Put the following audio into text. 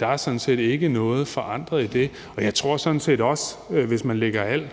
Der er sådan set ikke noget, der er forandret i det, og jeg tror sådan set også, hvis man lægger al